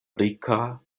rika